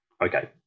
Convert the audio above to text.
okay